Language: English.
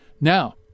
Now